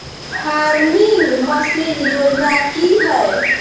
Farming machine योजना कि हैय?